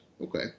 okay